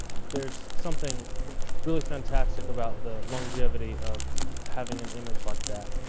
there's something really fantastic about the longevity of having an image like that.